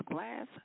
Glass